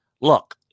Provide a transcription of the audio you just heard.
Look